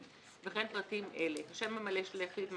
וכן פרטים אלה: השם המלא של היחיד,